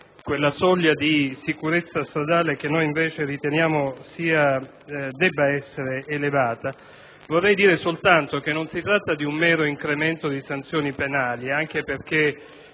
quella soglia di sicurezza stradale che noi, invece, riteniamo debba essere elevata, vorrei dire soltanto che non si tratta di un mero incremento di sanzioni penali, anche perché